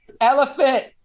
elephant